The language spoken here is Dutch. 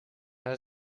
hij